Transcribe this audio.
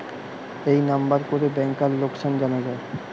এই নাম্বার করে ব্যাংকার লোকাসান জানা যায়